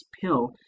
pill